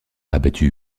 abattu